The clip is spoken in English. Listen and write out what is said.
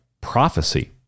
prophecy